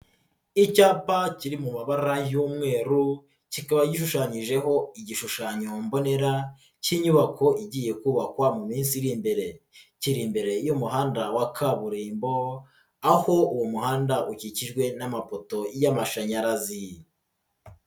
Icyapa kiri mu mabara y'umweru kikaba gishushanyijeho igishushanyo mbonera cy'inyubako igiye kubakwa mu minsi iri imbere. Kiri imbere y'umuhanda wa kaburimbo, aho uwo muhanda ukikijwe n'amapoto y'amashanyarazi.